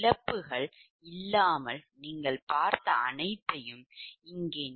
இழப்புகள் இல்லாமல் நீங்கள் பார்த்த அனைத்தையும் அதே முக்கியத்துவத்தையும்